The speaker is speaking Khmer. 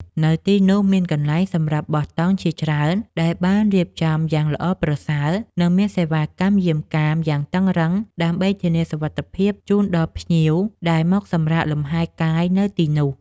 នៅទីនោះមានកន្លែងសម្រាប់បោះតង់ជាច្រើនដែលបានរៀបចំយ៉ាងល្អប្រសើរ និង មានសេវាកម្មយាមកាមយ៉ាងតឹងរ៉ឹងដើម្បីធានាសុវត្ថិភាពជូនដល់ភ្ញៀវដែលមកសម្រាកលម្ហែកាយនៅទីនោះ។